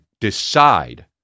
decide